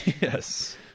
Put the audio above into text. Yes